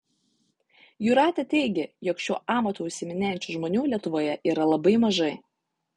jūratė teigia jog šiuo amatu užsiiminėjančių žmonių lietuvoje yra labai mažai